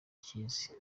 bakizi